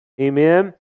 Amen